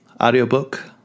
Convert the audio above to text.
audiobook